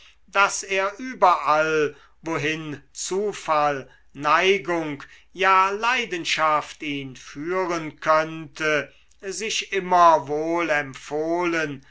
daß er überall wohin zufall neigung ja leidenschaft ihn führen könnte sich immer wohl